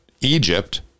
Egypt